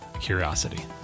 curiosity